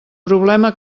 problema